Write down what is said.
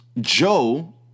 Joe